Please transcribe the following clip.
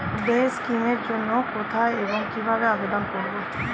Day scheme এর জন্য কোথায় এবং কিভাবে আবেদন করব?